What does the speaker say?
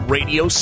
Radio